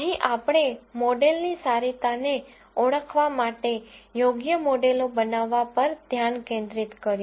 અહીં આપણે મોડેલ ની સારીતાને ઓળખવા માટે યોગ્ય મોડેલો બનાવવા પર ધ્યાન કેન્દ્રિત કર્યું